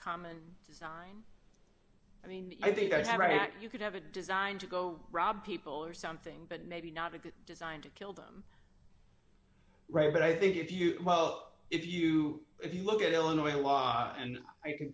common design i mean i think that's right you could have a design to go rob people or something but maybe not a good design to kill them right but i think if you well if you if you look at illinois law and i can